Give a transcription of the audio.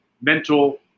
mental